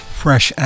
fresh